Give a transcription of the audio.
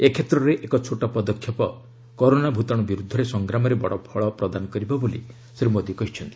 ଏ କ୍ଷେତ୍ରରେ ଏକ ଛୋଟ ପଦକ୍ଷେପ କରୋନା ଭୂତାଣୁ ବିରୁଦ୍ଧରେ ସଂଗ୍ରାମରେ ବଡ଼ ଫଳ ପ୍ରଦାନ କରିବ ବୋଲି ଶ୍ରୀ ମୋଦୀ କହିଚ୍ଛନ୍ତି